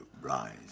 rise